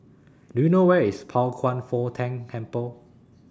Do YOU know Where IS Pao Kwan Foh Tang Temple